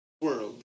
world